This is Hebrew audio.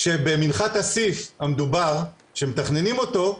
כשבמנחת אסיף המדובר שמתכננים אותו,